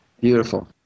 Beautiful